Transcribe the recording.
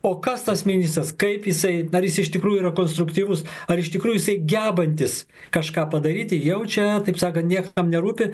o kas tas ministras kaip jisai ar jis iš tikrųjų yra konstruktyvus ar iš tikrųjų jisai gebantis kažką padaryti jau čia taip sakant niekam nerūpi